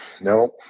No